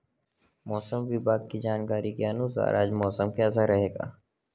मौसम विभाग की जानकारी के अनुसार आज मौसम कैसा रहेगा?